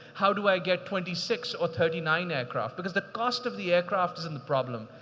how do i get twenty six or thirty nine aircraft? because the cost of the aircraft is in the problem.